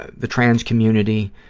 the trans community,